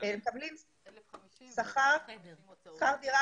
כולל לוחמים לצערי הרב,